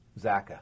Zaka